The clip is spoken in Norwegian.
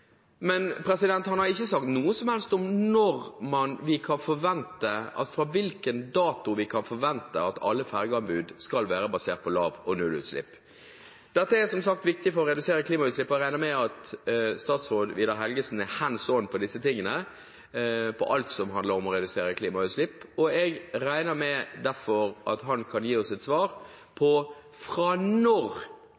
men han har ikke sagt noe som helst om fra hvilken dato vi kan forvente at alle fergeanbud skal være basert på lav- og nullutslipp. Dette er som sagt viktig for å redusere klimagassutslippene, og jeg regner med at statsråd Vidar Helgesen er «hands on» når det gjelder disse tingene, alt som handler om å redusere klimagassutslipp. Jeg regner derfor med at han kan gi oss et svar på